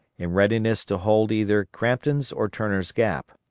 in readiness to hold either crampton's or turner's gap.